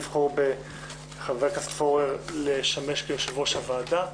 לבחור בחבר הכנסת פורר לשמש כיושב-ראש הוועדה.